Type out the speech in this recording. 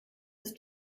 ist